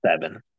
seven